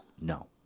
No